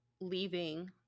leaving